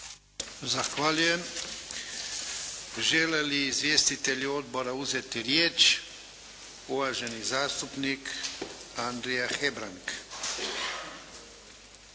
Zahvaljujem. Žele li izvjestitelji odbora uzeti riječ? Uvaženi zastupnik Andrija Hebrang.